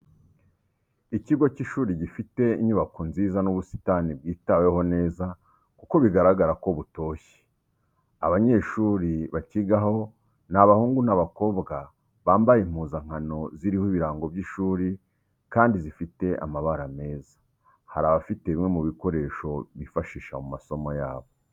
Ikigo cy'ishuri gifite inyubako nziza n'ubusitani bwitaweho neza kuko bigaragara ko butoshye, abanyeshuri bacyigaho ni abahungu n'abakobwa bambaye impuzankano ziriho ibirango by'ishuri kandi zifite amabara meza, hari abafite bimwe mu bikoresho bifashisha mu masomo yabo.